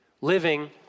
living